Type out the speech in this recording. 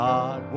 God